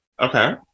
okay